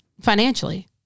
Financially